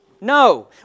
No